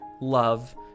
love